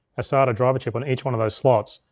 a sata driver chip on each one of those slots,